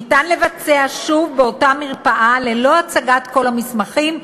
ניתן לבצע שוב באותה מרפאה ללא הצגת כל המסמכים,